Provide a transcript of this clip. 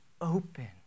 open